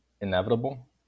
inevitable